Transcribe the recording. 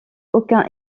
aucun